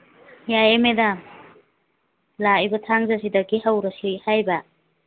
ꯌꯥꯏꯌꯦ ꯃꯦꯗꯥꯝ ꯂꯥꯛꯏꯕ ꯊꯥꯡꯖꯁꯤꯗꯒꯤ ꯍꯧꯔꯁꯤ ꯍꯥꯏꯔꯤꯕ